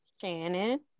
Shannon